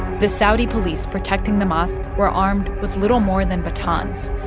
the saudi police protecting the mosque were armed with little more than batons.